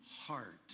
heart